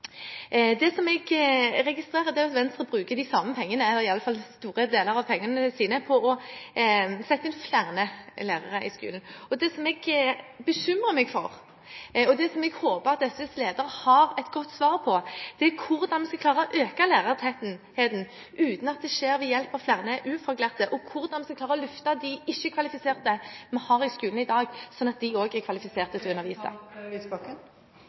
Det jeg registrerer, er at SV bruker de samme pengene, iallfall store deler av pengene sine, på å sette inn flere lærere i skolen, og det som jeg bekymrer meg for, og som jeg håper at SVs leder har et godt svar på, er hvordan vi skal klare å øke lærertettheten uten at det skjer ved hjelp av flere ufaglærte, og hvordan vi skal klare å løfte de ikke-kvalifiserte vi har i skolen i dag, slik at de også er kvalifisert til å